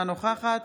אינה נוכחת